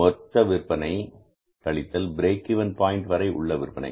மொத்த விற்பனை கழித்தல் பிரேக்கிங் பாயின்ட் வரை உள்ள விற்பனை